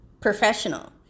professional